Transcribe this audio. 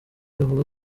avuga